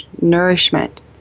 nourishment